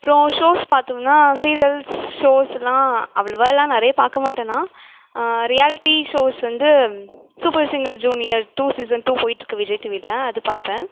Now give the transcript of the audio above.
அப்றம் ஷோஸ் பார்த்தோனா சீரியல்ஸ் ஷோஸ்லாம் அவ்வளோவால்லா நிறைய பார்க்க மாட்டேன் நான் ரியாலிட்டி ஷோஸ் வந்து super singer junior two season two போய்ட்டு இருக்கு விஜய் டிவியில் அது பார்ப்பேன்